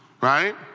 right